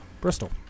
bristol